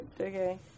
Okay